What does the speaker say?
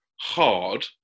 hard